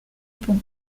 pont